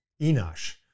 Enosh